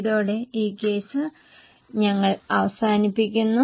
ഇതോടെ ഈ കേസ് ഞങ്ങൾ അവസാനിപ്പിക്കുന്നു